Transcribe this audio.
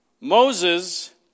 Moses